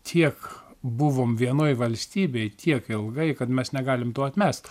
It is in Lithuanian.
tiek buvom vienoj valstybėj tiek ilgai kad mes negalim to atmest